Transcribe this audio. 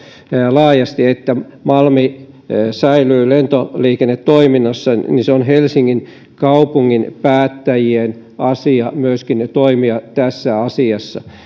laajasti että malmi säilyy lentoliikennetoiminnassa niin se on kyllä helsingin kaupungin päättäjien asia myöskin toimia tässä asiassa